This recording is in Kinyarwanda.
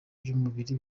by’umubiri